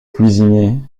cuisinier